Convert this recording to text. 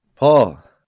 Paul